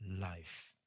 life